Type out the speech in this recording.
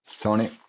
Tony